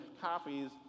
copies